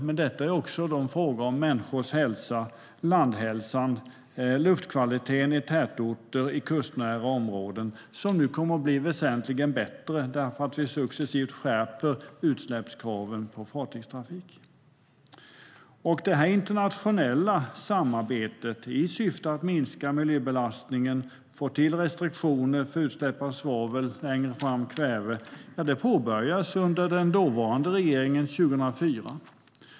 Men detta är också frågor om människors hälsa, landhälsan, luftkvaliteten i tätorter och kustnära områden som nu kommer att bli väsentligt bättre därför att vi successivt skärper utsläppskraven på fartygstrafiken. Det internationella samarbetet i syfte att minska miljöbelastningen och få till restriktioner för utsläpp av svavel och längre fram kväve påbörjades under den dåvarande regeringen 2004.